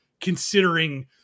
considering